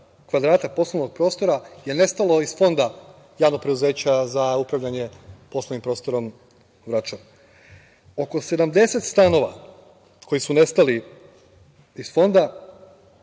kvadrata poslovnog prostora je nestalo iz fonda JP za upravljanje poslovnim prostorom Vračar. Oko 70 stanova koji su nestali iz fonda